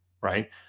Right